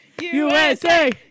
USA